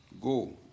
Go